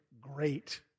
great